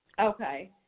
Okay